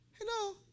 Hello